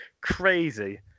crazy